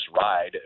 ride